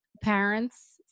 parents